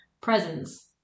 Presents